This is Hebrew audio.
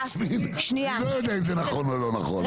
אני לא יודע אם זה נכון או לא נכון,